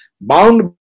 bound